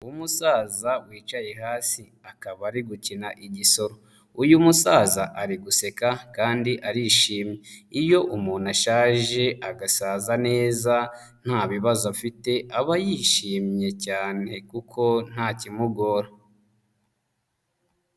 Umusaza wicaye hasi, akaba ari gukina igisoro, uyu musaza ari guseka kandi arishimye. Iyo umuntu ashaje, agasaza neza nta bibazo afite, aba yishimye cyane kuko nta kimugora.